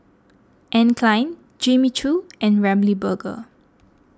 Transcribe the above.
Anne Klein Jimmy Choo and Ramly Burger